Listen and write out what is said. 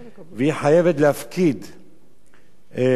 והיא חייבת להפקיד עירבון,